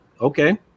okay